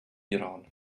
iran